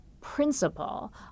principle